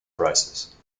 prices